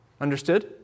Understood